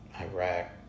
Iraq